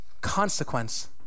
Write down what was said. Consequence